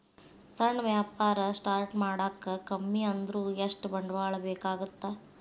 ಸಣ್ಣ ವ್ಯಾಪಾರ ಸ್ಟಾರ್ಟ್ ಮಾಡಾಕ ಕಮ್ಮಿ ಅಂದ್ರು ಎಷ್ಟ ಬಂಡವಾಳ ಬೇಕಾಗತ್ತಾ